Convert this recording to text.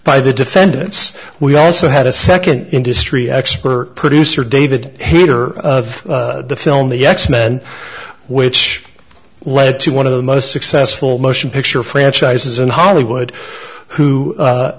by the defendants we also had a second industry expert producer david hater of the film the x men which led to one of the most successful motion picture franchises in hollywood who